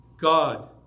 God